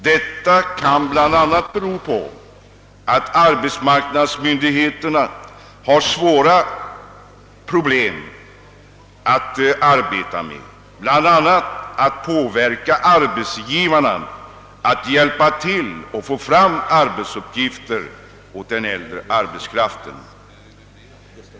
Detta kan bl.a. bero på att arbetsmarknadsmyndigheterna har svårigheter med att påverka arbetsgivarna att hjälpa till härvidlag.